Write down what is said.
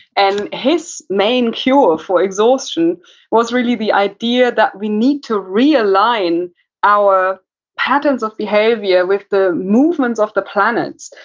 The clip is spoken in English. and his main cure for exhaustion was really the idea that we need to realign our patterns of behavior with the movements of the planets.